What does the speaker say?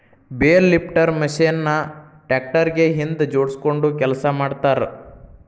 bale lifter machine ನ tractor ಗೆ ಹಿಂದ್ ಜೋಡ್ಸ್ಕೊಂಡು ಕೆಲಸ ಮಾಡ್ತಾರ